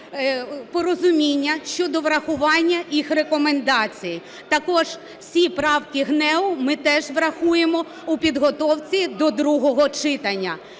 порозуміння щодо врахування їх рекомендацій. Також всі правки ГНЕУ ми теж врахуємо у підготовці до другого читання.